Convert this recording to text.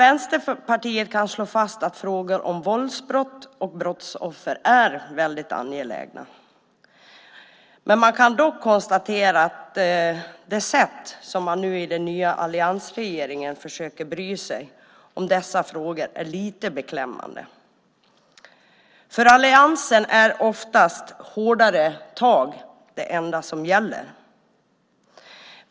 Vänsterpartiet kan slå fast att frågor om våldsbrott och brottsoffer är väldigt angelägna. Man kan dock konstatera att det sätt som den nya alliansregeringen nu försöker bry sig om dessa frågor på är lite beklämmande. För alliansen är oftast hårdare tag det enda som gäller.